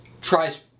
tries